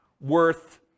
worth